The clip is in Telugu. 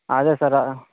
అదే సార్